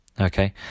Okay